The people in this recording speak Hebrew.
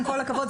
עם כל הכבוד,